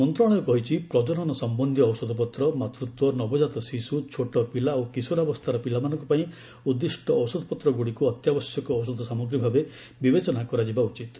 ମନ୍ତ୍ରଣାଳୟ କହିଛି ପ୍ରକନନ ସମ୍ବନ୍ଧୀୟ ଔଷଧପତ୍ର ମାତୃତ୍ୱ ନବକାତ ଶିଶୁ ଛୋଟ ପିଲା ଓ କିଶୋରାବସ୍ଥାର ପିଲାମାନଙ୍କ ପାଇଁ ଉଦ୍ଦିଷ୍ଟ ଔଷଧପତ୍ରଗୁଡ଼ିକୁ ଅତ୍ୟାବଶ୍ୟକ ଔଷଧ ସାମଗ୍ରୀ ଭାବେ ବିବେଚନା କରାଯିବା ଉଚିତ୍